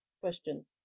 questions